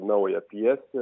naują pjesę